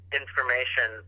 information